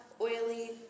oily